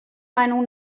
meinung